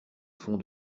fond